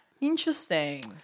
interesting